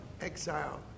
exile